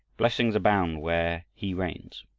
blessings abound where'er he reigns!